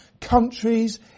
countries